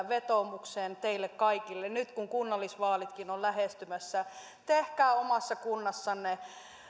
vetoomukseen teille kaikille nyt kun kunnallisvaalitkin ovat lähestymässä tehkää omassa kunnassanne